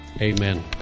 amen